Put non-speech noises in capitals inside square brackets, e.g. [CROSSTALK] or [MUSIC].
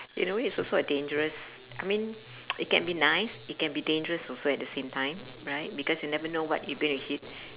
in a way it's also a dangerous I mean [NOISE] it can be nice it can be dangerous also at the same time right because you never know what you going to hit